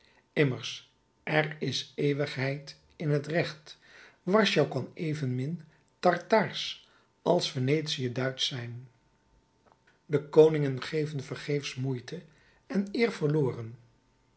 immers er is eeuwigheid in het recht warschau kan evenmin tartaarsch als venetië duitsch zijn de koningen geven vergeefs moeite en eer verloren